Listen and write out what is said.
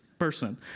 Person